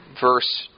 verse